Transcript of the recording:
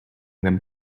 them